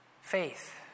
Faith